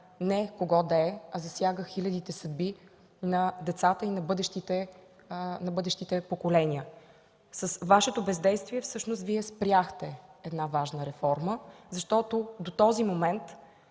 не кого да е, а засяга хилядите съдби на децата и на бъдещите поколения. С Вашето бездействие Вие всъщност спряхте една важна реформа, защото ако до този момент